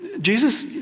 Jesus